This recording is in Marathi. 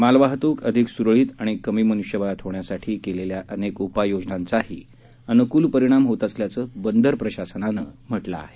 मालवाहतूक अधिक सुरळीत आणि कमी मनुष्यबळात होण्यासाठी केलेल्या अनेक उपाययोजनांचाही अनुकूल परिणाम होत असल्याचं बंदर प्रशासनानं म्हटलं आहे